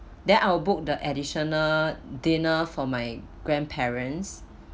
then I will book the additional dinner for my grandparents